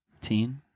Teen